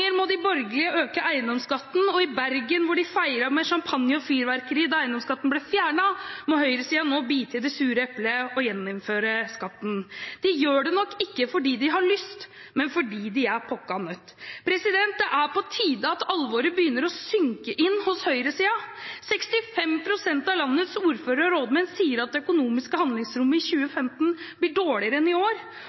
Stavanger må de borgerlige øke eiendomsskatten, og i Bergen, hvor de feiret med champagne og fyrverkeri da eiendomsskatten ble fjernet, må høyresiden nå bite i det sure eplet og gjeninnføre skatten. De gjør det nok ikke fordi de har lyst, men fordi de er pukka nødt. Det er på tide at alvoret begynner å synke inn hos høyresiden. 65 pst. av landets ordførere og rådmenn sier at det økonomiske handlingsrommet i 2015 blir dårligere enn i år,